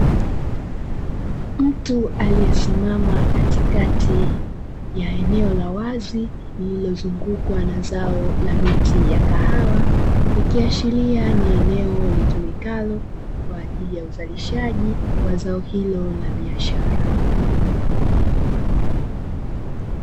Mtu aliyesimama katikati ya eneo la wazi lililozungukwa na zao la miti ya kahawa ikiashiria kuwa ni eneo litumikalo kwa ajili ya uzalishaji wa zao hilo la biashara.